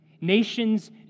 Nations